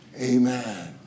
Amen